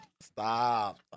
stop